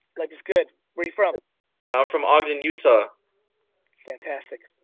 like is good, where are you from? i'm from ogden, utah it's fantastic.